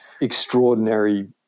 extraordinary